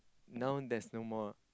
now there's no more